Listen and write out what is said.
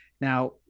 Now